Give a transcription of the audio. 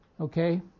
okay